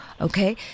okay